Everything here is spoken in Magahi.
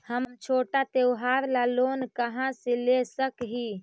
हम छोटा त्योहार ला लोन कहाँ से ले सक ही?